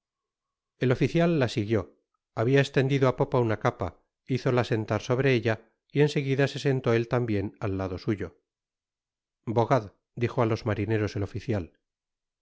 el oficial la siguió habia estendido á popa una capa hízola sentar sobre ella y en seguida se sentó él tambien al lado suyo bogad dijo á los marineros el oficial